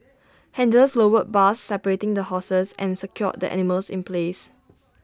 handlers lowered bars separating the horses and secured the animals in place